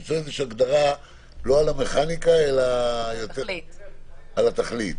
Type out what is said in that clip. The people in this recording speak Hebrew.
למצוא הגדרה לא על המכניקה אלא על התכלית,